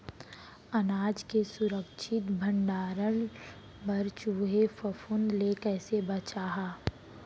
अनाज के सुरक्षित भण्डारण बर चूहे, फफूंद ले कैसे बचाहा?